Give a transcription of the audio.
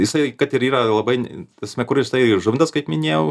jisai kad ir yra labai ne prasme kur jisai įžuvintas kaip minėjau